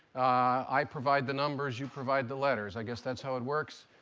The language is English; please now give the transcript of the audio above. i provide the numbers, you provide the letters. i guess that's how it works.